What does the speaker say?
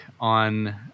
on